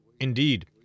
Indeed